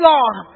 Lord